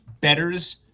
betters